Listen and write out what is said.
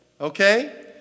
Okay